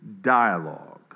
dialogue